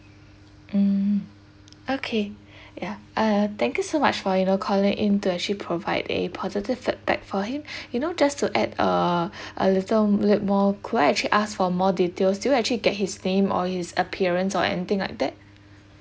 mm okay ya uh thank you so much for you know calling in to actually provide a positive feedback for him you know just to add uh a little bit more could I actually ask for more details do you actually get his name or his appearance or anything like that